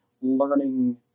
learning